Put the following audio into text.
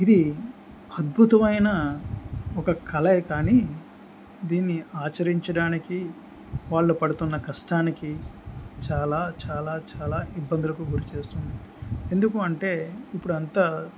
ఇది అద్భుతమైన ఒక కల కానీ దీన్ని ఆచరించడానికి వాళ్ళు పడుతున్న కష్టానికి చాలా చాలా చాలా ఇబ్బందులకు గురి చేేస్తుంది ఎందుకు అంటే ఇప్పుడు అంతా